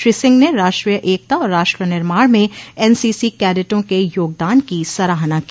श्री सिंह ने राष्ट्रीय एकता और राष्ट्र निर्माण में एनसीसी कैडेटों के योगदान की सराहना की